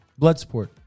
Bloodsport